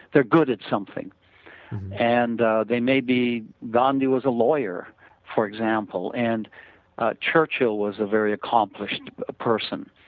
they are good at something and ah they maybe, gandhi was lawyer for example and churchill was a very accomplished person.